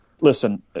Listen